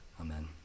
Amen